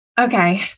Okay